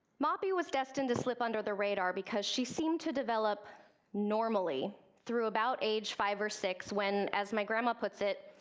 moppy was destined to slip under the radar, because she seemed to develop normally through about age five or six, when, as my grandma puts it,